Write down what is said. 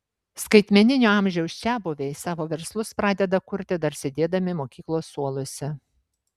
skaitmeninio amžiaus čiabuviai savo verslus pradeda kurti dar sėdėdami mokyklos suoluose